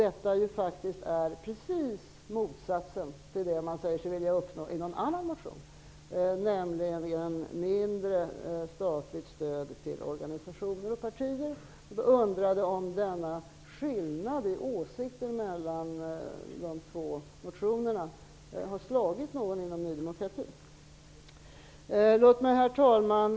Detta får den rakt motsatta effekten till det man säger sig vilja uppnå genom en annan motion, nämligen ett mindre statligt stöd till organisationer och partier. Jag undrar om skillnaden mellan dessa båda motioner har slagit någon inom Ny demokrati. Herr talman!